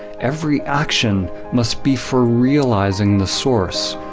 every action must be for realizing the source.